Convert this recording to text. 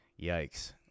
yikes